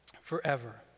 forever